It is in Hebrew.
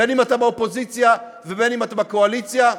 בין שאתה באופוזיציה ובין שאתה בקואליציה?